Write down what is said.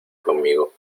conmigo